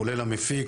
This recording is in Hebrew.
כולל המפיק,